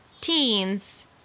teens